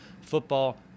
football